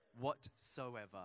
whatsoever